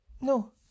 no